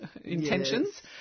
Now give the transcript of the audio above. intentions